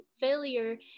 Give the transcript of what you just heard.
failure